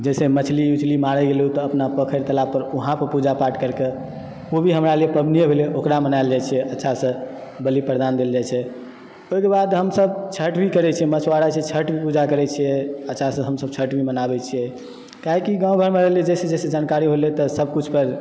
जैसे मछली उछली मारय गेलूँ तऽ अपना पोखरि तालाब पर वहाँ पर पूजापाठ करिकऽ ओ भी हमरा लिए पाबनिए भेलै ओकरा मनायल जाय छियै अच्छासँ बलिप्रदान देल जाइत छै ओहिके बाद हमसभ छठि भी करैत छियै मछुवारा छियै छठि भी पूजा करैत छियै अच्छासँ हमसभ छठि भी मनाबैत छियै काहे कि गाँव घरमे रहलू जैसे जैसे जानकारी होलय तऽ सभकुछकऽ